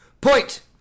Point